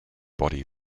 body